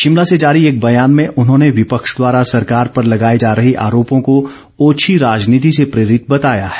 शिमला से जारी एक बयान में उन्होंने विपक्ष द्वारा सरकार पर लगाए जा रहे आरोपों को ओछी राजनीति से प्रेरित बताया है